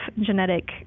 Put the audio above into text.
genetic